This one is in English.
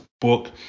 book